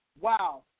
Wow